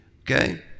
Okay